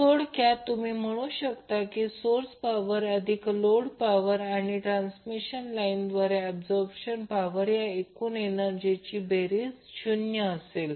थोडक्यात तुम्ही म्हणू शकता की सोर्स पॉवर अधिक लोड पॉवर आणि ट्रान्समिशन लाइनद्वारे अब्सोरप्शन पॉवर या एकूण एनर्जीची बेरीज 0 असेल